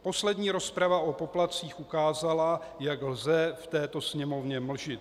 Poslední rozprava o poplatcích ukázala, jak lze v této Sněmovně mlžit.